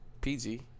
PG